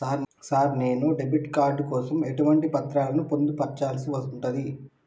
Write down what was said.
Sir నేను debit card కోసం ఎటువంటి పత్రాలను పొందుపర్చాల్సి ఉంటది?